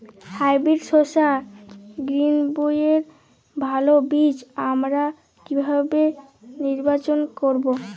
Hybrid শসা গ্রীনবইয়ের ভালো বীজ আমরা কিভাবে নির্বাচন করব?